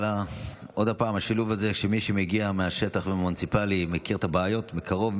עוד פעם השילוב הזה שמי שמגיע מהשטח ומהמוניציפלי מכיר את הבעיות מקרוב,